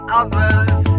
others